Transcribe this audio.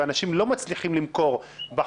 אנשים לא מצליחים למכור את הדירה שלהם